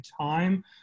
time